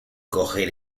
coger